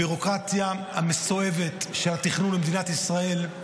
הביורוקרטיה המסואבת של התכנון במדינת ישראל היא,